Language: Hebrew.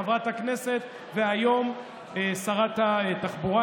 חברת הכנסת והיום שרת התחבורה,